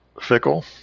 fickle